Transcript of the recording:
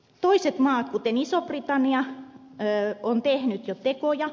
toiset maat kuten iso britannia ovat tehneet jo tekoja